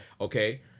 okay